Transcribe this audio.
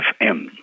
FM